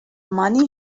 money